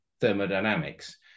thermodynamics